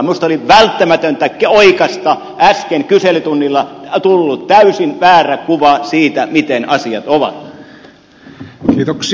minusta oli välttämätöntä oikaista äsken kyselytunnilla tullut täysin väärä kuva siitä miten asiat ovat